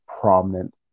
prominent